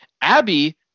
Abby